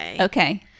Okay